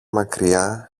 μακριά